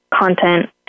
content